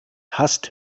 hasst